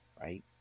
right